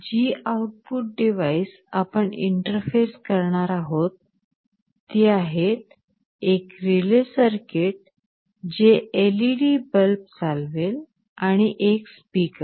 जी output device आपण interface करणार आहोत ती आहेत एक रिले सर्किट जे LED बल्ब चालवेल आणि एक स्पीकर